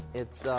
it's